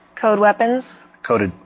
code weapons. coded.